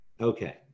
Okay